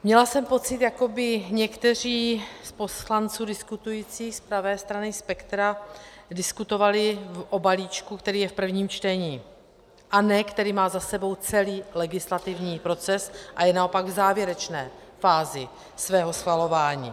Měla jsem pocit, jako by někteří z poslanců diskutujících z pravé strany spektra diskutovali o balíčku, který je v prvním čtení, a ne který má za sebou celý legislativní proces a je naopak v závěrečné fázi svého schvalování.